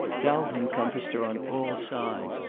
doubt encompassed her on all sides,